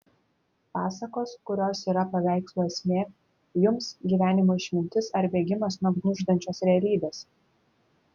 pasakos kurios yra paveikslų esmė jums gyvenimo išmintis ar bėgimas nuo gniuždančios realybės